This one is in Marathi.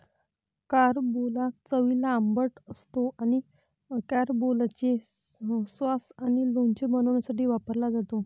कारंबोला चवीला आंबट असतो आणि कॅरंबोलाचे सॉस आणि लोणचे बनवण्यासाठी वापरला जातो